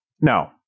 No